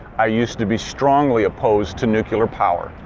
i used to be strongly opposed to nuclear power.